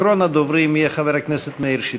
אחרון הדוברים יהיה חבר הכנסת מאיר שטרית.